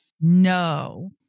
no